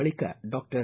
ಬಳಿಕ ಡಾಕ್ಟರ್